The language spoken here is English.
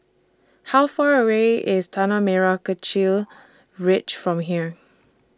How Far away IS Tanah Merah Kechil Ridge from here